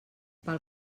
pel